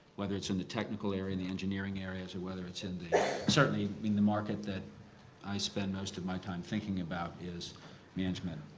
whether it's in the technical area, the engineering areas, or whether it's in the certainly i mean the market that i spend most of my time thinking about is management